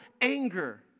anger